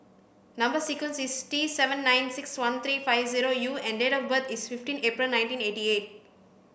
number sequence is T seven nine six one three five zero U and date of birth is fifteen April nineteen eighty eight